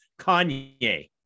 kanye